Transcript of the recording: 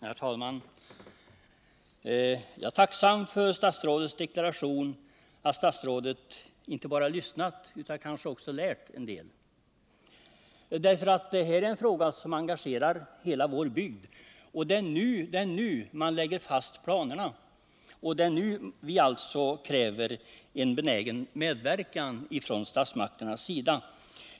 Herr talman! Jag är tacksam för statsrådets deklaration att statsrådet inte bara har lyssnat utan kanske också lärt en del. Detta är nämligen en fråga som engagerar alla i vår bygd. Det är nu man lägger fast planerna, och det är alltså nu vi kräver en benägen medverkan från statsmakternas sida.